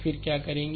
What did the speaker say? फिर क्या करेंगे